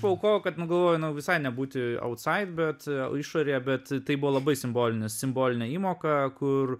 paaukojau kad nu galvoju visai nebūti autsaid išorėje bet tai buvo labai simbolinis simbolinė įmoka kur